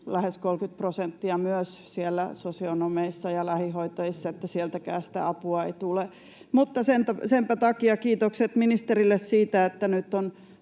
lähes 30 prosenttia myös sosionomeissa ja lähihoitajissa, eli sieltäkään sitä apua ei tule. Senpä takia kiitokset ministerille siitä, että nyt on